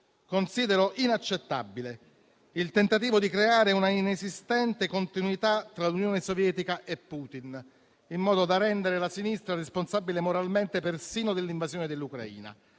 considero inaccettabile il tentativo di creare una inesistente continuità tra l'Unione Sovietica e Putin, in modo da rendere la sinistra responsabile moralmente persino dell'invasione dell'Ucraina.